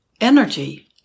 energy